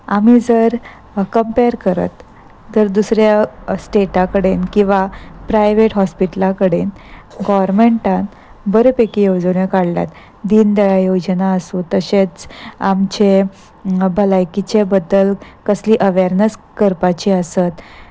आमी जर कंम्पेर करत तर दुसऱ्या स्टेटा कडेन किंवा प्रायवेट हॉस्पिटला कडेन गोरमेंटान बरे पैकी येवजण्यो काडल्यात दिनदयाळ योजना आसूं तशेंच आमचे भलायकीचे बद्दल कसली अवेरनस करपाची आसत